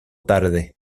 tarde